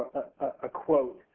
a quote.